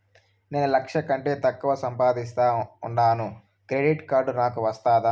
నేను లక్ష కంటే తక్కువ సంపాదిస్తా ఉండాను క్రెడిట్ కార్డు నాకు వస్తాదా